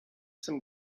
some